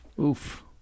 Oof